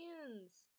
hands